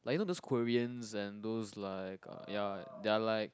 like you know those Koreans and those like ya they are like